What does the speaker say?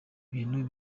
bintu